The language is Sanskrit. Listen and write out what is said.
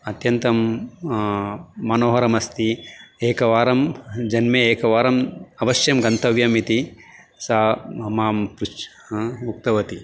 अत्यन्तं मनोहरमस्ति एकवारं जन्मे एकवारम् अवश्यं गन्तव्यम् इति सा मां पृच्छ उक्तवती